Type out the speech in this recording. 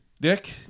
Dick